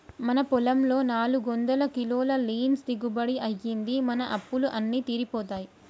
మన పొలంలో నాలుగొందల కిలోల లీన్స్ దిగుబడి అయ్యింది, మన అప్పులు అన్నీ తీరిపోతాయి